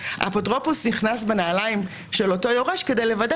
האפוטרופוס נכנס בנעליים של אותו יורש כדי לוודא